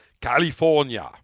California